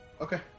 Okay